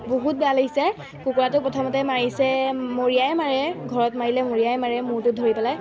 বহুত বেয়া লাগিছে কুকুৰাটো প্ৰথমতে মাৰিছে মৰিয়াই মাৰে ঘৰত মাৰিলে মৰিয়াই মাৰে মূৰটোত ধৰি পেলাই